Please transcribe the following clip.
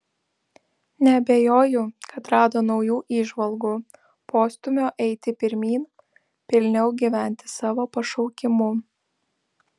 neabejoju kad rado naujų įžvalgų postūmio eiti pirmyn pilniau gyventi savo pašaukimu